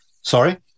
Sorry